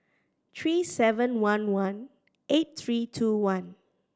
three seven one one eight three two one